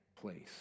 place